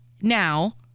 now